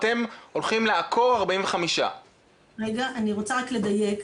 אתם הולכים לעקור 45. אני רוצה רק לדייק,